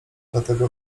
dlatego